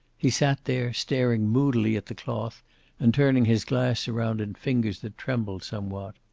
he sat there, staring moodily at the cloth and turning his glass around in fingers that trembled somewhat.